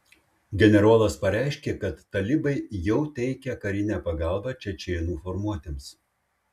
generolas pareiškė kad talibai jau teikia karinę pagalbą čečėnų formuotėms